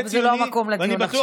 אבל זה לא המקום לדיון עכשיו.